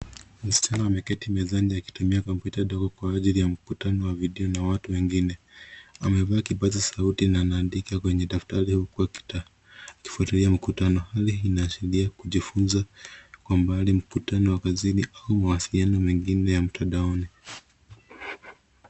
Msichana ameketi mezani akitumia komputa dogo kwa ajili ya mkutano wa video na watu wengine. Amevaa kipaza sauti na anaandika kwenye daftari huku akifuatilia mkutano. Hali inaashiria kujifunza, kwa mbali mkutano wa kazini au mawasiliano mengine ya mtandaoni.